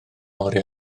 oriau